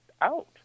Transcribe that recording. out